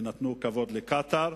ונתנו כבוד לקטאר,